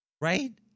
right